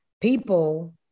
people